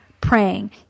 praying